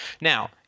now